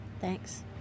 Thanks